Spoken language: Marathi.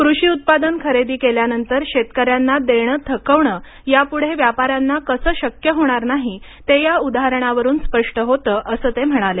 कृषी उत्पादन खरेदी केल्यानंतर शेतकऱ्यांचं देणं थकवणं यापुढे व्यापाऱ्यांना कसं शक्य होणार नाही ते या उदाहरणावरून स्पष्ट होतं असं ते म्हणाले